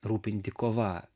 rūpinti kova